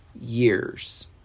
years